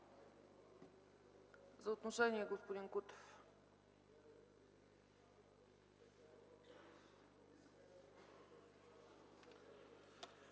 За отношение – господин Кутев.